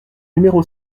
numéro